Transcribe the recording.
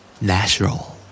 Natural